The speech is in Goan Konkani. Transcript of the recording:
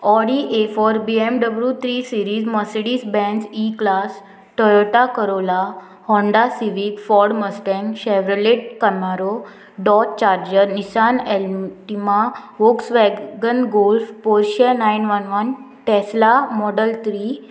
Audi A four B M W three series Mercedes Benz E class Toyota Corolla Honda Civic Ford Mustang Chevrolet Camaro Dodge Charger Nissan Altima Volkswagen Golf Porsche nine one one Tesla model three